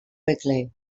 quickly